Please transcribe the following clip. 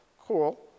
cool